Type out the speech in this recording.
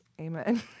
Amen